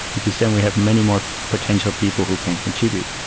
because then we have many more potential people who can contribute.